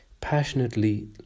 Passionately